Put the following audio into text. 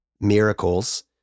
miracles